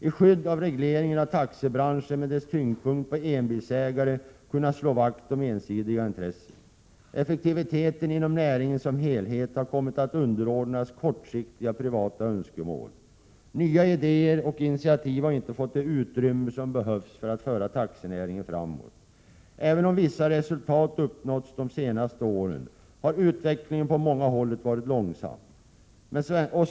I skydd av regleringen av taxibranschen med dess tyngdpunkt på taxiägare med en bil har man kunnat slå vakt om ensidiga intressen. Effektiviteten inom näringen som helhet har kommit att underordnas kortsiktiga privata önskemål. Nya idéer och initiativ har inte fått det utrymme som behövs för att föra taxinäringen framåt. Även om vissa resultat har uppnåtts under de senaste åren har utvecklingen varit långsam på många håll.